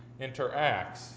interacts